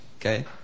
okay